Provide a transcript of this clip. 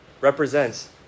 represents